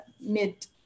mid